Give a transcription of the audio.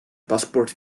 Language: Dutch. paspoort